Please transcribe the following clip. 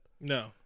no